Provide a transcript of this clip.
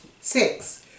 Six